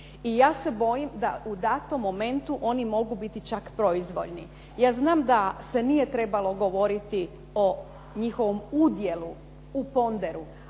I ja se bojim da u datom momentu oni mogu biti čak proizvoljni. Ja znam da se nije trebalo govoriti o njihovom udjelu u ...